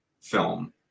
film